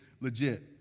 legit